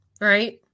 right